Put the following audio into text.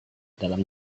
dalam